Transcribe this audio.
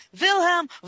Wilhelm